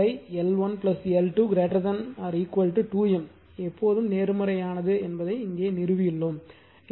நேர்மறை L1 L2 2 M எப்போதும் நேர்மறையான என்பதை இங்கே நிறுவியுள்ளோம்